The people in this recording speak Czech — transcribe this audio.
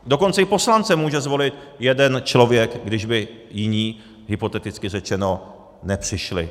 Dokonce i poslance může zvolit jeden člověk, když by jiní, hypoteticky řečeno, nepřišli.